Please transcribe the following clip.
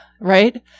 Right